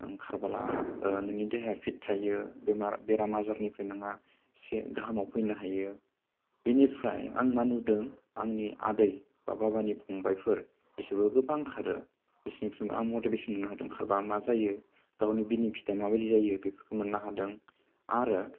खारोबा नोंनि देहाया फिट थायो बेराम आजारनिफ्राय नोंहा इसे गाहामाव फैनो हायो बेनिफ्राय आं मा नुदों आंनि आदै बा बाबानि फंबाइफोर बिसोरबो गोबां खारो बिसोरनिफ्राय आं मटिभेसन मोननो हादों खारोबा मा जायो गावनि बेनिफिटआ माबायदि जायो बेफोरखौ मोननो हादों आरो